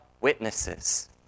witnesses